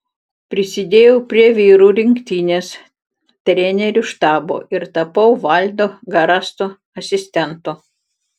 prisidėjau prie vyrų rinktinės trenerių štabo ir tapau vlado garasto asistentu